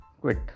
quit